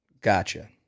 Gotcha